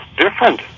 different